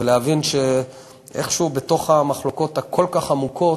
ולהבין שאיכשהו, בתוך המחלוקות הכל-כך עמוקות,